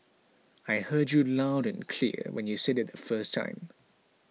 I heard you loud and clear when you said it the first time